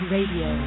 Radio